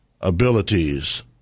abilities